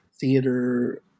theater